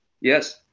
Yes